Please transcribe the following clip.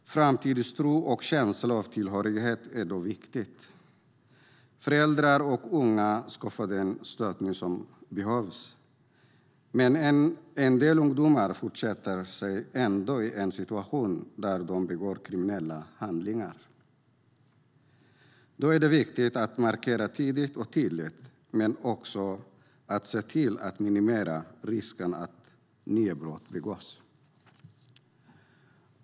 Framtidstro och en känsla av tillhörighet är då viktigt. Föräldrar och unga ska få den stöttning som behövs. Men en del ungdomar försätter sig ändå i situationer där de begår kriminella handlingar. Då är det viktigt att markera tidigt och tydligt men också se till att minimera risken för att nya brott begås.